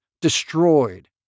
destroyed